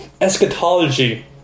eschatology